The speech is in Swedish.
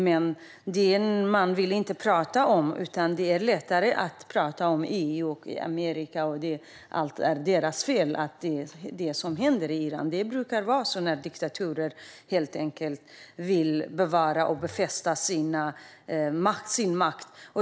Men det vill man inte tala om, utan det är lättare att tala om EU och Amerika och att allt som händer i Iran är deras fel. Det brukar vara så när diktaturer helt enkelt vill befästa sin makt.